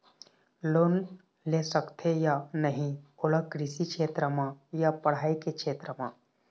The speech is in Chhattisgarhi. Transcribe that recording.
लोन ले सकथे या नहीं ओला कृषि क्षेत्र मा या पढ़ई के क्षेत्र मा?